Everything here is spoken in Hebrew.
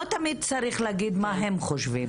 לא תמיד צריך להגיד מה הם חושבים.